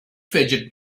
fidgeted